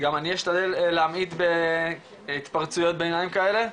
גם אני אשתדל להמעיט בהתפרצויות ביניים כאלה,